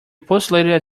postulated